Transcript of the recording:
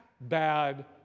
bad